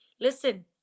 Listen